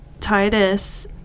Titus